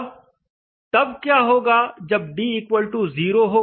अब तब क्या होगा जब d 0 हो